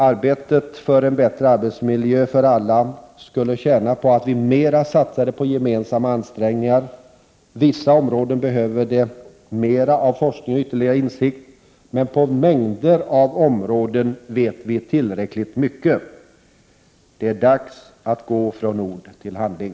Arbetet för en bättre arbetsmiljö för alla skulle tjäna på att vi mera satsade på gemensamma ansträngningar. Vissa områden behöver mera av forskning och ytterligare insikt, men på mängder av områden vet vi tillräckligt mycket. Det är dags att gå från ord till handling.